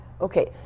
Okay